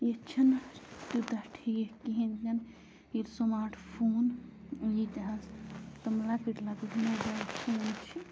ییٚتہِ چھُنہٕ تیوٗتاہ ٹھیٖک کِہیٖنۍ تہِ نہٕ ییٚلہِ سماٹ فون ییٚتہِ حظ تِم لۄکٕٹۍ لۄکٕٹۍ موبایل فون چھِ